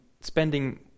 spending